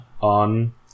On